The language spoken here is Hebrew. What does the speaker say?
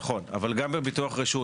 נכון, אבל גם בביטוח רשות